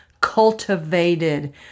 cultivated